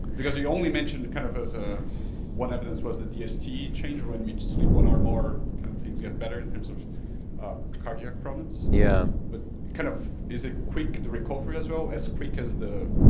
because you only mentioned kind of as a one evidence was the dst change, or when we sleep one hour more, kind of things get better in terms of cardiac problems. yeah but kind of is it quick, the recovery as well? as quick as the